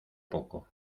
poco